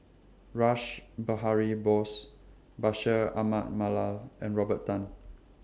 Rash Behari Bose Bashir Ahmad Mallal and Robert Tan